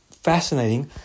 fascinating